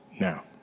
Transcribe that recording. Now